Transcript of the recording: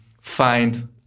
find